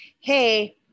hey